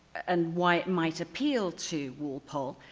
and why it might appeal to walpole.